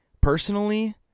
personally